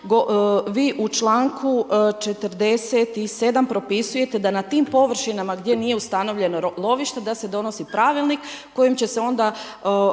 vi u članku 47. propisujete da na tim površinama gdje nije ustanovljeno lovište, da se donosi pravilnik kojim će se onda